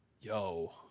yo